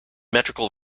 metrical